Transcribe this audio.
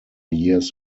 years